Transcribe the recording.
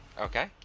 okay